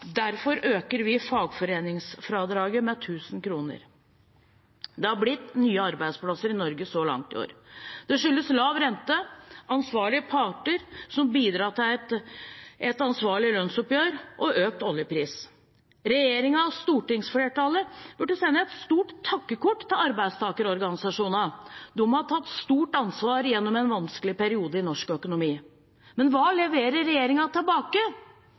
Derfor øker vi fagforeningsfradraget med 1 000 kr. Det har blitt nye arbeidsplasser i Norge så langt i år. Det skyldes lav rente, ansvarlige parter som bidro til et ansvarlig lønnsoppgjør, og økt oljepris. Regjeringen og stortingsflertallet burde sende et stort takkekort til arbeidstakerorganisasjonene. De har tatt stort ansvar gjennom en vanskelig periode i norsk økonomi. Men hva leverer regjeringen tilbake?